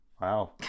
Wow